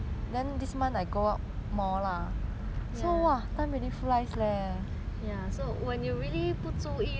ya so when you really 不注意 right the 时间真的是飞快